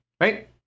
right